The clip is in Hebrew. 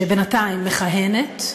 שבינתיים מכהנת,